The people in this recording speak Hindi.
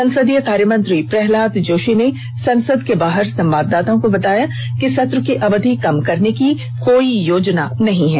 संसदीय कार्य मंत्री प्रल्हाद जोशी ने संसद के बाहर संवाददाताओं को बताया कि सत्र की अवधि कम करने की कोई योजना नहीं है